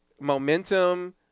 momentum